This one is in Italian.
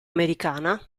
americana